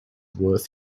worth